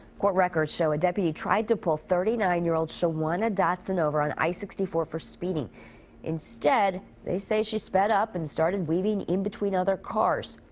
court records show. a deputy tried to pull thirty nine year-old shawana dotson over on i sixty four for speeding. but instead. they say she sped up and started weaving in between other cars.